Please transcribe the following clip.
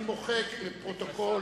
אני מוחק מפרוטוקול